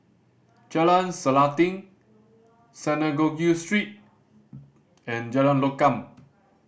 Jalan Selanting Synagogue Street and Jalan Lokam